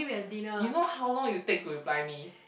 you know how long you take to reply me